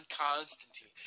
Constantine